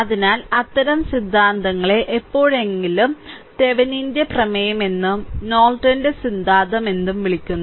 അതിനാൽ അത്തരം സിദ്ധാന്തങ്ങളെ എപ്പോഴെങ്കിലും തെവെനിന്റെ പ്രമേയം എന്നും നോർട്ടന്റെ സിദ്ധാന്തം എന്നും വിളിക്കുന്നു